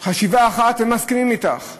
חשיבה אחת, שמסכימים אתך.